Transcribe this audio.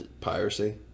Piracy